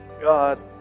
God